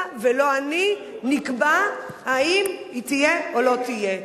לא אתה ולא אני נקבע אם היא תהיה או לא תהיה.